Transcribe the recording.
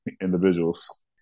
individuals